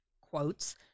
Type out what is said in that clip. quotes